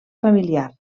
familiar